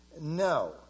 No